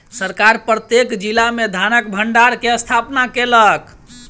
सरकार प्रत्येक जिला में धानक भण्डार के स्थापना केलक